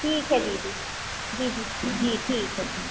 ठीक है दीदी दीदी जी ठीक है दीदी